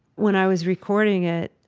when i was recording it,